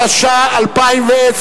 התשע"א 2010,